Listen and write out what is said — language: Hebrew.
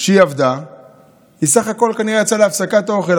שהיא עבדה ובסך הכול יצאה כנראה להפסקת אוכל,